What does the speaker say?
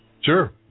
Sure